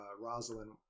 Rosalind